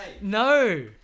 No